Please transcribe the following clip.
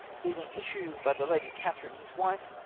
leaving issue by the lady catherine his wife,